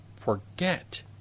forget